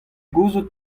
gouzout